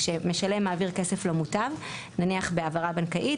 כשמשלם מעביר כסף למוטב נניח בהעברה בנקאית,